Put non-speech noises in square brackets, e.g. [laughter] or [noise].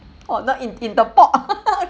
or not in in the pork [laughs]